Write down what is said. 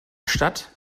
stadt